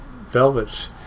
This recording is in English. Velvets